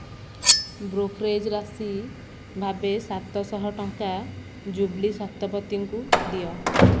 brokerage ରାଶି ଭାବେ ସାତଶହ ଟଙ୍କା ଜୁବ୍ଲି ଶତପଥୀଙ୍କୁ ଦିଅ